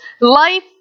life